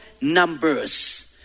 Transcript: numbers